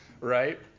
right